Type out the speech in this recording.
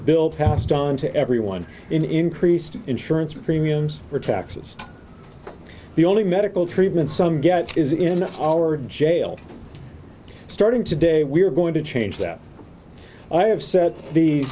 bill passed on to everyone in increased insurance premiums or taxes the only medical treatment some get is in our jail starting today we're going to change that i have set the